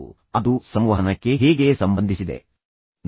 ಮತ್ತು ನಂತರ ಅದು ನಮಗೆ ಏನು ಮಾಡುತ್ತಿದೆ ಎಂಬುದರ ಬಗ್ಗೆ ಯೋಚಿಸುತ್ತೇವೆ